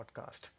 podcast